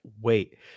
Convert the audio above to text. wait